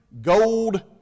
gold